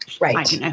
Right